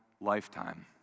lifetime